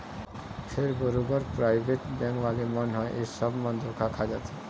फेर बरोबर private bank वाले मन ह ऐ सब म धोखा खा जाथे